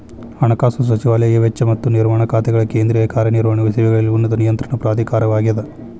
ಹಣಕಾಸು ಸಚಿವಾಲಯ ವೆಚ್ಚ ಮತ್ತ ನಿರ್ವಹಣಾ ಖಾತೆಗಳ ಕೇಂದ್ರೇಯ ಕಾರ್ಯ ನಿರ್ವಹಣೆಯ ಸೇವೆಗಳಲ್ಲಿ ಉನ್ನತ ನಿಯಂತ್ರಣ ಪ್ರಾಧಿಕಾರವಾಗ್ಯದ